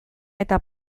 eta